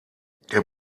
der